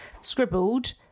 scribbled